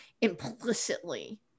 implicitly